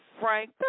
Frank